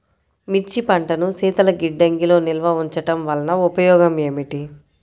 మిర్చి పంటను శీతల గిడ్డంగిలో నిల్వ ఉంచటం వలన ఉపయోగం ఏమిటి?